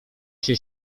się